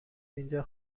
اینجا